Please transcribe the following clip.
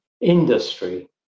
industry